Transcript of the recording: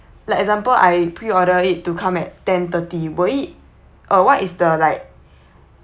like example I pre order it to come at ten thirty will it uh what is the like